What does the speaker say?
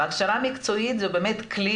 הכשרה מקצועית זה באמת כלי,